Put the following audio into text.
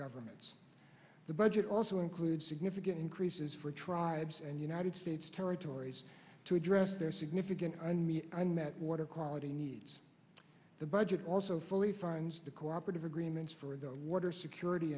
governments the budget also includes significant increases for tribes and united states territories to address their significant i met water quality needs the budget also fully fund the cooperative agreements for the water security